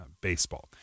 baseball